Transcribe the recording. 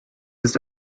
ist